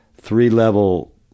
three-level